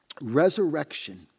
resurrection